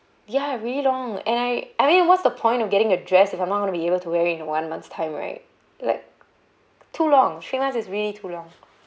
ya really long and I I mean what's the point of getting a dress if I'm not gonna be able to wear it in one month's time right like too long three months is really too long